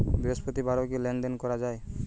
বৃহস্পতিবারেও কি লেনদেন করা যায়?